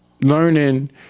learning